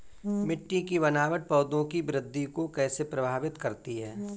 मिट्टी की बनावट पौधों की वृद्धि को कैसे प्रभावित करती है?